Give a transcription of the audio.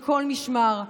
מכל משמר,